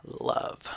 love